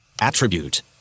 attribute